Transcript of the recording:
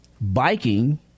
biking